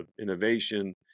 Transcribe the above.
innovation